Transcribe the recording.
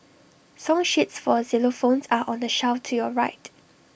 song sheets for xylophones are on the shelf to your right